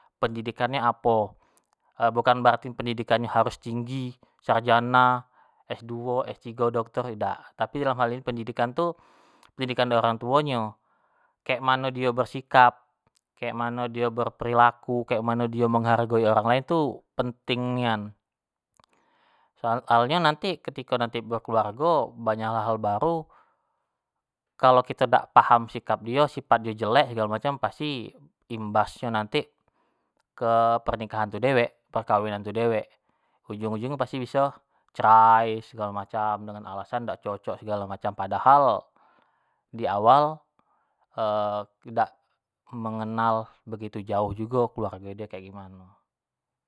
Pendidikannyo apo, bukan berarti pendidikanno harus tinggi, sarjana, s duo, doktor idak, tapi dalam hal ini pendidikan tu, pendidikan dari orang tuo nyo, kek mano di bersikap, kek mano dio berperilaku, kek mano dio menghargoi orang lain tu penting nian, soalnyo nanti ketiko nanti ber keluargo banyak hal-hal baru kalo kito dak paham sikap dio, sifat dio jelek segalo macam pasti imbasnyo nanti ke pernikahan itu dewek, perkawinan itu dewek, ujung-ujung nyo pasti biso cerai segalo macam dengan alas an dak cocok segalo macam, padahal di awal dak mengenal begitu jauh jugo kelaurgo dio kek gimano.